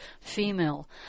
female